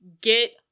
Get